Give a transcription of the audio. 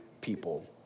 people